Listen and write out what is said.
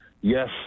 Yes